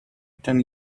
ten